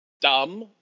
dumb